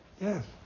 Yes